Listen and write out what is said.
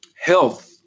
health